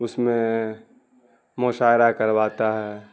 اس میں مشاعرہ کرواتا ہے